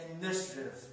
initiative